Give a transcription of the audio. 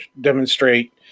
demonstrate